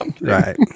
Right